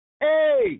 Hey